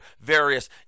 various